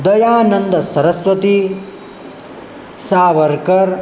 Dayanand Saraswati सावरकरः